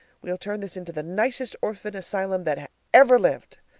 we'll turn this into the nicest orphan asylum that ever lived.